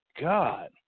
God